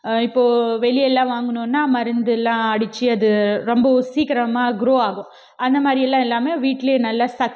இப்போது வெளியெல்லாம் வாங்கினோனா மருந்தெல்லாம் அடித்து அது ரொம்ப சீக்கிரமாக குரோ ஆகும் அந்த மாதிரியெல்லாம் இல்லாமல் வீட்லேயே நல்ல